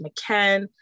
McKen